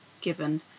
given